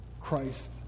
Christ